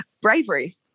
bravery